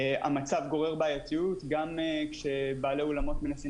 המצב גורר בעייתיות גם כשבעלי אולמות מנסים